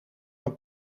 een